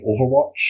Overwatch